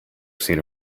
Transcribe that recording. seen